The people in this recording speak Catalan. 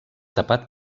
tapat